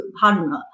partner